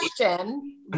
question